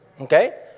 Okay